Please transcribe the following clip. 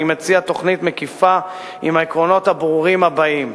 אני מציע תוכנית מקיפה עם העקרונות הברורים הבאים: